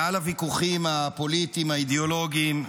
מעל הוויכוחים הפוליטיים, האידיאולוגיים,